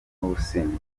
n’ubusinzi